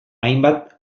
hainbat